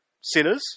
sinners